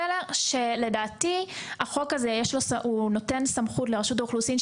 פלר - ולומר שלדעתי החוק הזה נותן סמכות לרשות האוכלוסין,